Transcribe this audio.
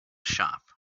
shop